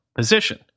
position